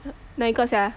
哪一个 sia